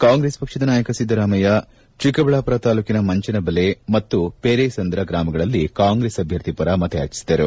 ಕಾಂಗ್ರೆಸ್ ಪಕ್ಷದ ನಾಯಕ ಸಿದ್ದರಾಮಯ್ಯ ಚಿಕ್ಕಬಳ್ಳಾಮರ ತಾಲೂಕಿನ ಮಂಚನಬಲೆ ಮತ್ತು ಪೆರೇಸಂದ್ರ ಗ್ರಾಮಗಳಲ್ಲಿ ಕಾಂಗ್ರೆಸ್ ಅಭ್ಯರ್ಥಿ ಪರ ಮತಯಾಚಿಸಿದರು